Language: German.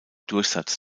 durchsatz